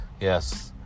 Yes